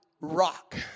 rock